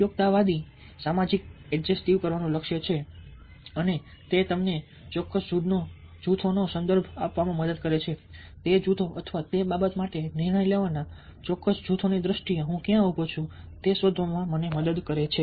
ઉપયોગીતાવાદી સામાજિક એડજસ્ટિવ કરવાનું લક્ષ્ય છે અને તે અમને ચોક્કસ જૂથોનો સંદર્ભ આપવામાં મદદ કરે છે તે જૂથો અથવા તે બાબત માટે નિર્ણય લેવાના ચોક્કસ જૂથોની દ્રષ્ટિએ હું ક્યાં ઊભો છું તે શોધવામાં મદદ કરે છે